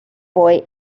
boy